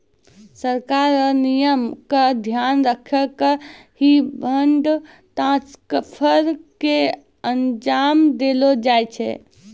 सरकार र नियम क ध्यान रखी क ही फंड ट्रांसफर क अंजाम देलो जाय छै